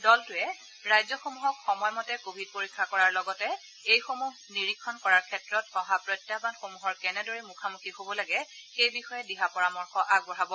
দলটোৱে ৰাজ্যসমূহক সময় মতে কভিড পৰীক্ষা কৰাৰ লগতে এইসমূহ নিৰীক্ষণ কৰাৰ ক্ষেত্ৰত অহা প্ৰত্যাহবানসমূহৰ কেনেদৰে মুখামুখি হব লাগে সেই বিষয়ে দিহা পৰামৰ্শ আগবঢ়াব